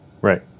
Right